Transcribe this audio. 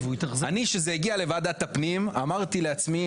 כשזה הגיע לוועדת הפנים אמרתי לעצמי,